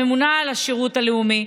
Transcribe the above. הממונה על השירות הלאומי,